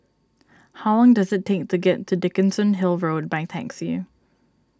how does it take to get to Dickenson Hill Road by taxi